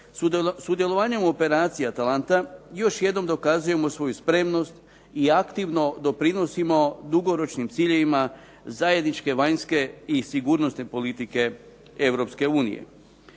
Sudjelovanjem u operaciji Atalanta još jednom dokazujemo svoju spremnost i aktivno doprinosimo dugoročnim ciljevima zajedničke vanjske i sigurnosne politike